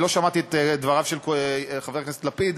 לא שמעתי את דבריו של חבר הכנסת לפיד,